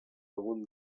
algun